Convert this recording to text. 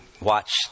watch